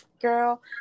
girl